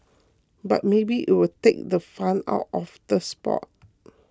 but maybe it will take the fun out of the sport